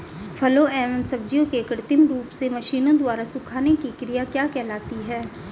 फलों एवं सब्जियों के कृत्रिम रूप से मशीनों द्वारा सुखाने की क्रिया क्या कहलाती है?